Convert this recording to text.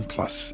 Plus